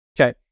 Okay